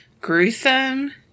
Gruesome